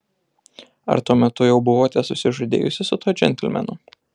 ar tuo metu jau buvote susižadėjusi su tuo džentelmenu